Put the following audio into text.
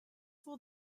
for